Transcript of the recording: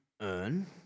earn